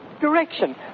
direction